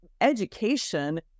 education